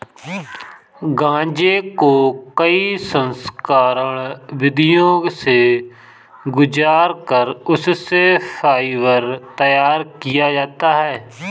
गांजे को कई संस्करण विधियों से गुजार कर उससे फाइबर तैयार किया जाता है